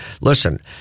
Listen